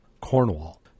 Cornwall